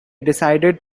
decided